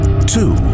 two